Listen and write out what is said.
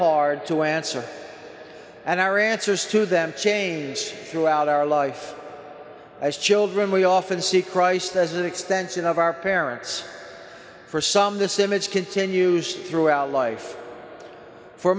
hard to answer and our answers to them change throughout our life as children we often see christ as an extension of our parents for some this image continues throughout life for